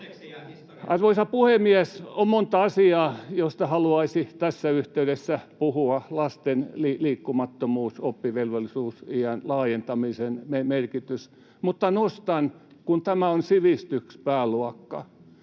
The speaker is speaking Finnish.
Arvoisa puhemies! On monta asiaa, joista haluaisi tässä yhteydessä puhua — lasten liikkumattomuus, oppivelvollisuusiän laajentamisen merkitys — mutta kun tämä on sivistyspääluokka,